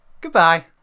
Goodbye